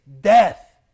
death